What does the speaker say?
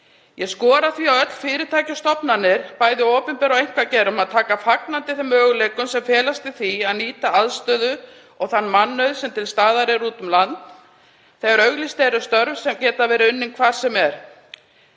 Ég skora því á öll fyrirtæki og stofnanir, bæði í opinbera geiranum og einkageiranum, að taka fagnandi þeim möguleikum sem felast í því að nýta aðstöðuna og þann mannauð sem til staðar er úti um land þegar auglýst eru störf sem geta verið unnin hvar sem er.